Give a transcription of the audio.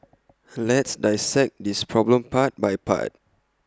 let's dissect this problem part by part